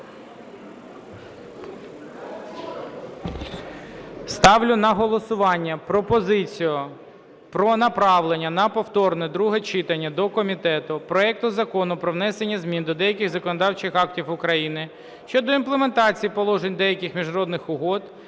Ставлю на голосування пропозицію про направлення на повторне друге читання до комітету проекту Закону про внесення змін до деяких законодавчих актів України (щодо імплементації положень деяких міжнародних угод